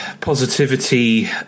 positivity